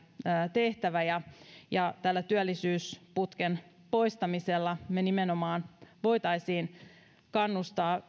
tehtävä ja ja tällä työllisyysputken poistamisella me nimenomaan voisimme kannustaa